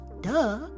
duh